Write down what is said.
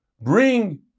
bring